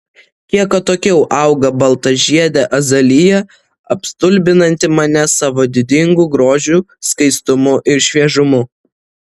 kiek atokiau auga baltažiedė azalija apstulbinanti mane savo didingu grožiu skaistumu ir šviežumu